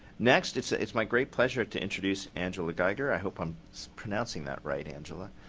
next it's ah it's my great pleasure to introduce angela geiger. i hope i'm pronouncing that right, angela.